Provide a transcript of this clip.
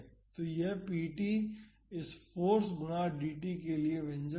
तो यह pt इस फाॅर्स गुना dt के लिए व्यंजक होगा